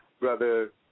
Brother